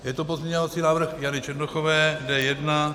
Je to pozměňovací návrh Jany Černochové D1.